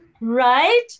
right